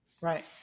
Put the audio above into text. Right